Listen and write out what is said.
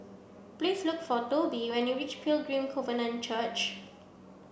please look for Tobie when you reach Pilgrim Covenant Church